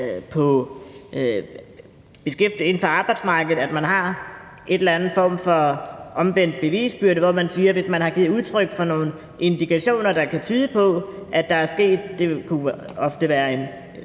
ubekendt på arbejdsmarkedet, at man har en eller anden form for omvendt bevisbyrde, hvor man siger, at hvis der er givet udtryk for nogle indikationer, der kan tyde på, at der er sket noget – det kunne ofte være en